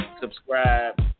subscribe